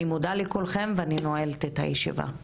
אני מודה לכולם ואני נועלת את הישיבה.